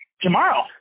Tomorrow